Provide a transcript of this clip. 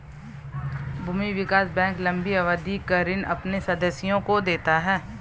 भूमि विकास बैंक लम्बी अवधि का ऋण अपने सदस्यों को देता है